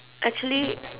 actually